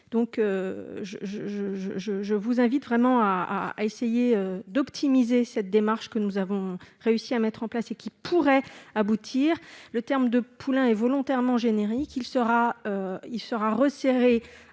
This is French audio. Je vous invite donc à essayer d'optimiser la démarche que nous avons réussi à mettre en place et qui pourrait aboutir. Le terme de « poulain » est volontairement générique. Il sera précisé